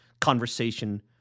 conversation